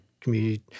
community